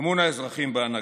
אמון האזרחים בהנהגה.